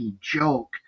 joke